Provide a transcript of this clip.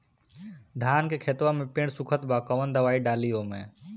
धान के खेतवा मे पेड़ सुखत बा कवन दवाई डाली ओमे?